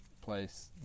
place